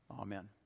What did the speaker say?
Amen